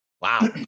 wow